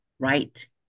right